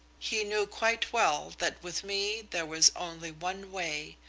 he knew quite well that with me there was only one way,